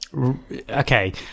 Okay